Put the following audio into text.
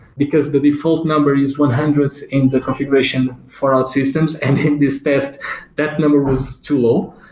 because the default number is one hundredth in the configuration for outsystems, and in this test that number was too low.